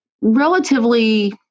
relatively